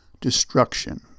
destruction